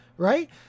Right